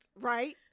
Right